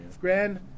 Grand